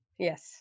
Yes